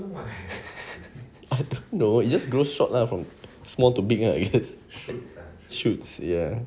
I don't know it just grows short lah from small to big lah I guess shoots ya